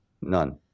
None